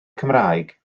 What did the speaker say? cymraeg